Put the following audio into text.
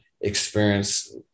experience